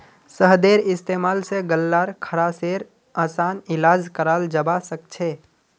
शहदेर इस्तेमाल स गल्लार खराशेर असान इलाज कराल जबा सखछे